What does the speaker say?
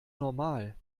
normal